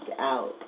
out